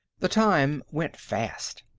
the time went fast.